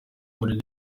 muri